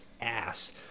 ass